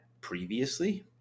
previously